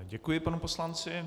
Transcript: Děkuji panu poslanci.